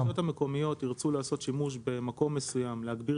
אם הרשויות המקומיות ירצו לעשות שימוש במקום מסוים להגביר